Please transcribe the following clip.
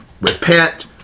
repent